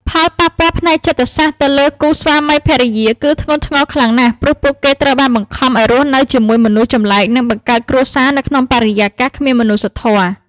ផលប៉ះពាល់ផ្នែកចិត្តសាស្ត្រទៅលើគូស្វាមីភរិយាគឺធ្ងន់ធ្ងរខ្លាំងណាស់ ព្រោះពួកគេត្រូវបានបង្ខំឱ្យរស់នៅជាមួយមនុស្សចម្លែកនិងបង្កើតគ្រួសារនៅក្នុងបរិយាកាសគ្មានមនុស្សធម៌។